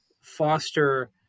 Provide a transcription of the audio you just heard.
foster